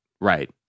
Right